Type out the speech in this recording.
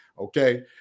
okay